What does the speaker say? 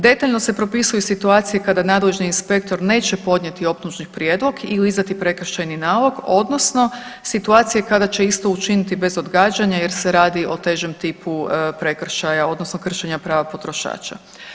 Detaljno se propisuju situacije kada nadležni inspektor neće podnijeti optužni prijedlog ili izdati prekršajni nalog, odnosno situacije kada će isto učiniti bez odgađanja jer se radi o težem tipu prekršaja, odnosno kršenja prava potrošača.